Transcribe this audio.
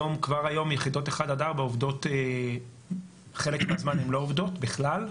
כבר היום יחידות 1-4 חלק מהזמן הן לא עובדות בכלל,